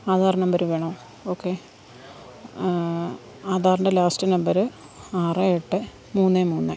Aadhaar number വേണോ okay ആധാറിന്റെ last number ആറ് എട്ട് മൂന്ന് മൂന്നേ